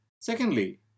Secondly